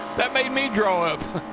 that made me draw up.